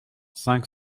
cinq